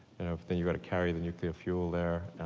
then you gotta carry the nuclear fuel there.